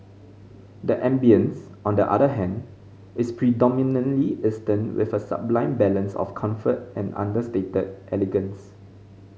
the ambience on the other hand is predominantly Eastern with a sublime balance of comfort and understated elegance